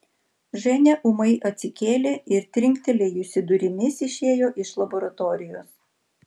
ženia ūmai atsikėlė ir trinktelėjusi durimis išėjo iš laboratorijos